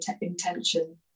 intention